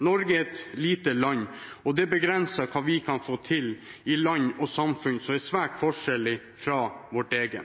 Norge er et lite land, og det er begrenset hva vi kan få til i land og samfunn som er svært forskjellige fra vårt eget.